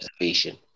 observation